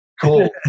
Cool